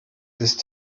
ist